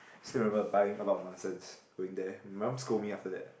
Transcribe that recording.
still remember buying a lot of nonsense going there my mum scold me after that